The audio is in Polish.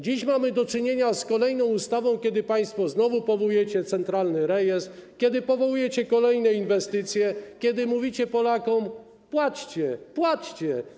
Dziś mamy do czynienia z kolejną ustawą, kiedy to państwo znowu powołujecie centralny rejestr, kiedy powołujecie kolejne inwestycje, kiedy mówicie Polakom: płaćcie, płaćcie.